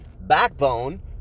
backbone